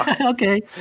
Okay